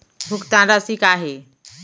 भुगतान राशि का हे?